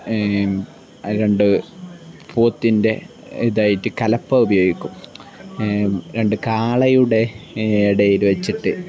രണ്ട് പൂത്തിൻ്റെ ഇതായിട്ട് കലപ്പ ഉപയോഗിക്കും രണ്ട് കാളയുടെ ഇടയിൽ വച്ചിട്ട്